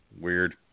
Weird